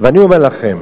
אני אומר לכם,